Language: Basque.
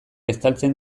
estaltzen